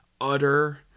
utter